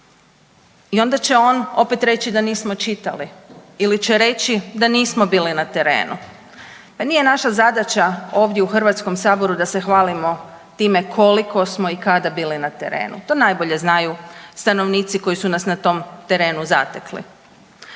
I onda će on opet reći da nismo čitali, ili će reći da nismo bili na terenu. Pa nije naša zadaća ovdje u Hrvatskom saboru da se hvalimo time koliko smo i kada bili na terenu, to najbolje znaju stanovnici koji su nas na tom terenu zatekli.